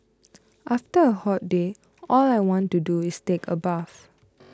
after a hot day all I want to do is take a bath